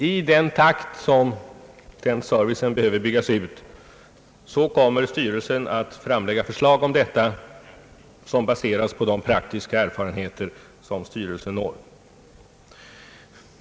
I den takt varmed servicen behöver byggas ut kommer styrelsen att framlägga förslag om detta, baserade på de praktiska erfarenheter styrelsen vinner.